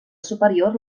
superior